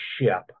ship